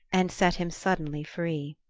and set him suddenly free.